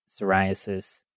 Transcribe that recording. psoriasis